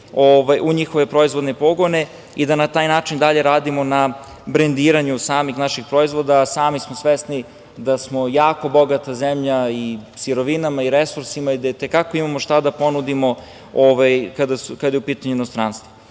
u njihove proizvodne pogone i da na taj način dalje radimo na brendiranju samih naših proizvoda. Sami smo svesni da smo jako bogata zemlja i sirovinama i resursima i da i te kako imamo šta da ponudimo kad je u pitanju inostranstvo. Kada